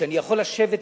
שאני יכול לשבת אתו,